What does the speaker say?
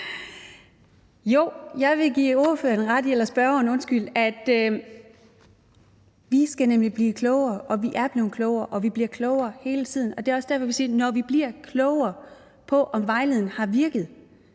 Jo, jeg vil give spørgeren ret i, at vi skal blive klogere, og vi er blevet klogere, og vi bliver klogere hele tiden. Det er også derfor, vi siger, at når vi bliver klogere på, om vejledningen har virket,